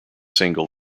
single